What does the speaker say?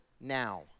now